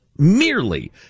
Merely